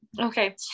Okay